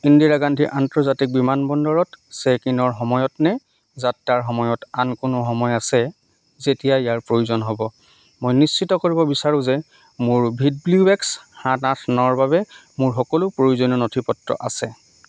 ইন্দিৰা গান্ধী আন্তৰ্জাতিক বিমানবন্দৰত চেক ইনৰ সময়ত নে যাত্ৰাৰ সময়ত আন কোনো সময় আছে যেতিয়া ইয়াৰ প্ৰয়োজন হ'ব মই নিশ্চিত কৰিব বিচাৰো যে মোৰ ভিড ব্লিউ এক্স সাত আঠ নৰ বাবে মোৰ সকলো প্ৰয়োজনীয় নথিপত্ৰ আছে